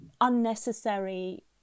unnecessary